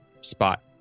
spot